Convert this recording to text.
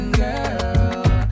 girl